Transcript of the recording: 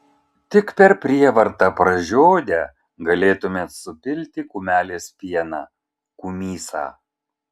tik per prievartą pražiodę galėtumėt supilti kumelės pieną kumysą